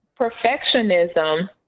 perfectionism